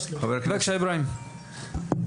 קרוואנים.